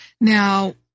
Now